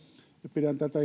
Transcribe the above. pidän tätä